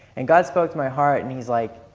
and god spoke to my heart, and he was like,